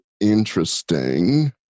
interesting